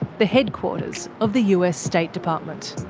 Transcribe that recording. the headquarters of the u s state department.